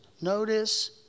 Notice